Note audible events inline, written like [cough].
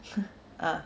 [noise] ah